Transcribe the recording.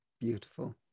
Beautiful